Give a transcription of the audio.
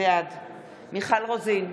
בעד מיכל רוזין,